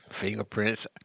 fingerprints